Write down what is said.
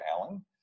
Alan